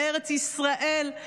בארץ ישראל.